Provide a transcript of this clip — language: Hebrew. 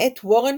מאת וורן